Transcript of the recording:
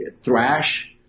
thrash